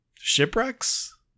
shipwrecks